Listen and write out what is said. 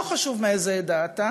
לא חשוב מאיזה עדה אתה,